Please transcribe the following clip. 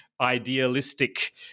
idealistic